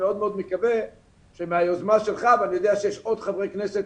מאוד מאוד מקווה שמהיוזמה שלך ואני יודע שיש עוד חברי כנסת